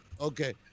Okay